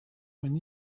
when